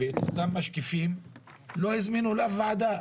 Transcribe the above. ומשקיפים לא הוזמנו לוועדה.